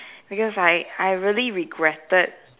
because I I really regretted